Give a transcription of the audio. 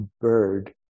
bird